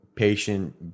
Patient